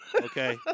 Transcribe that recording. Okay